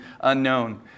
unknown